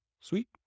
Sweet